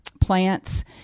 plants